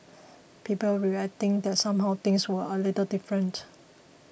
people were reacting that somehow things were a little different